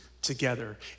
Together